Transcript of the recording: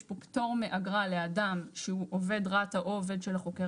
יש פה פטור מאגרה לאדם שהוא עובד רת"א או עובד של החוקר